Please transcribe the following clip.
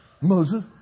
Moses